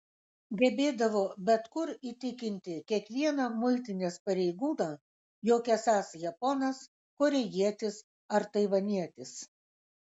gebėdavo bet kur įtikinti kiekvieną muitinės pareigūną jog esąs japonas korėjietis ar taivanietis